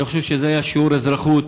אני חושב שזה היה שיעור אזרחות